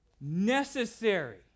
NECESSARY